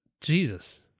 Jesus